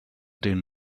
den